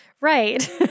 Right